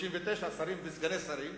39 שרים וסגני שרים